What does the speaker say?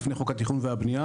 לפני חוק התכנון והבנייה.